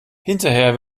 hinterher